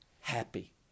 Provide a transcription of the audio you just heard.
happy